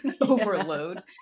overload